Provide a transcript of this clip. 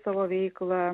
savo veiklą